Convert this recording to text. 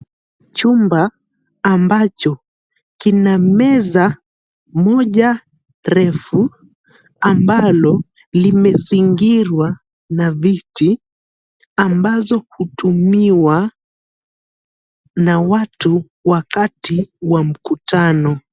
Chumba ambacho kina meza moja refu ambalo limezingirwa na viti ambazo hutumiwa na watu wakati wa mkutano.